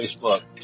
Facebook